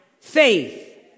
faith